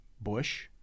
Bush